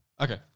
Okay